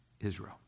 Israel